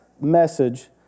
message